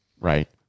Right